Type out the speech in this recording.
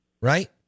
right